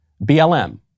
BLM